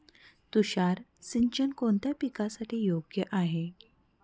तुषार सिंचन कोणत्या पिकासाठी योग्य आहे?